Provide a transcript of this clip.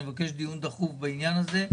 דיון דחוף בעניין הזה,